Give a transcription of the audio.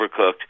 overcooked